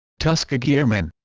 tuskegee airmen